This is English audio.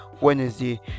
Wednesday